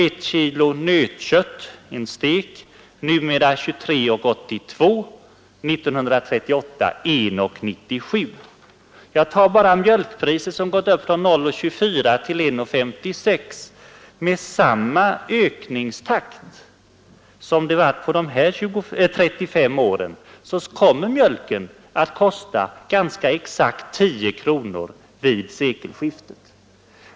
Ett kilo ”nötkött, stek” kostar numera 23:82. 1938 var motsvarande pris 1:97. Mjölkpriset har som jag nämnde gått upp från 0:24 till 1:56 och alltså drygt sexfaldigats. Med samma ökningstakt som för dessa de senaste 35 åren kommer mjölken att kosta exakt 10 kronor per liter vid sekelskiftet.